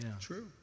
True